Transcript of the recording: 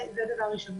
זה דבר ראשון.